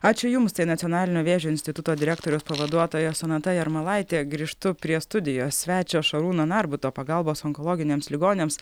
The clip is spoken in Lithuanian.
ačiū jums tai nacionalinio vėžio instituto direktoriaus pavaduotoja sonata jarmalaitė grįžtu prie studijos svečio šarūno narbuto pagalbos onkologiniams ligoniams